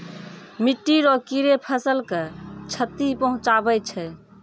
मिट्टी रो कीड़े फसल के क्षति पहुंचाबै छै